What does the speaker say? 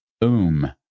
Boom